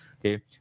Okay